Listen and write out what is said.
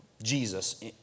Jesus